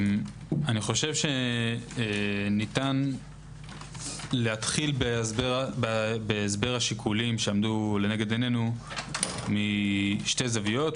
חושב שניתן להתחיל בהסבר השיקולים שעמדו לנגד עינינו משתי זוויות,